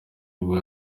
nibwo